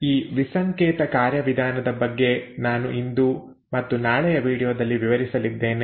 ಈ ವಿಸಂಕೇತ ಕಾರ್ಯವಿಧಾನದ ಬಗ್ಗೆ ನಾನು ಇಂದು ಮತ್ತು ನಾಳೆಯ ವೀಡಿಯೊದಲ್ಲಿ ವಿವರಿಸಲಿದ್ದೇನೆ